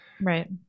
Right